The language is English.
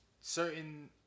certain